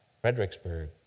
Fredericksburg